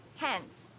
hands